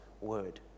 word